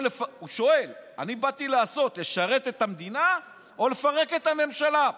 הוא שואל: אני באתי לשרת את המדינה או לפרק את הממשלה?